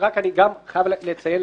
אני גם חייב לציין,